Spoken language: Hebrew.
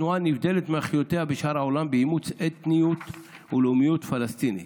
התנועה נבדלת מאחיותיה בשאר העולם באימוץ אתניות ולאומיות פלסטינית,